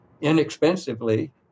inexpensively